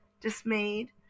dismayed